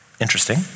interesting